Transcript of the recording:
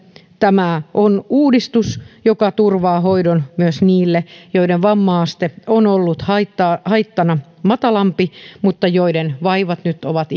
tämä on uudistus joka turvaa hoidon myös niille joiden vamma aste on ollut haittana matalampi mutta joiden vaivat nyt ovat